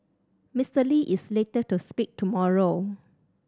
Mister Lee is slated to speak tomorrow